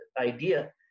idea